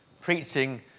preaching